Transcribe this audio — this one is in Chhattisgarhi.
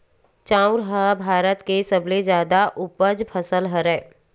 चाँउर ह भारत के सबले जादा उपज फसल हरय